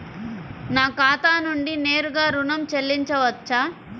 నా ఖాతా నుండి నేరుగా ఋణం చెల్లించవచ్చా?